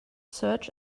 search